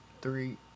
Three